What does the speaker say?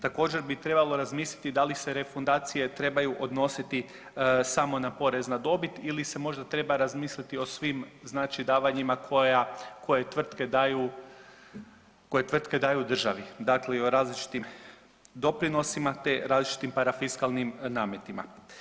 Također bi trebalo razmisliti da li se refundacije trebaju odnositi samo na porez na dobit ili se možda treba razmisliti o svim davanjima koje tvrtke daju državi, dakle o različitim doprinosima te različitim parafiskalnim nametima.